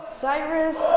Cyrus